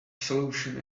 solution